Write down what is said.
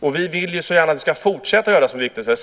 Vi vill gärna fortsätta göra det som är viktigt.